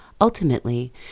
ultimately